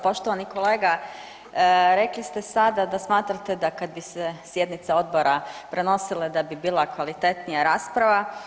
Poštovani kolega rekli ste sada da smatrate da kad bi se sjednice odbora prenosile da bi bila kvalitetnija rasprava.